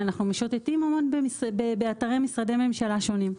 אנחנו משוטטים המון באתרי משרדי ממשלה שונים.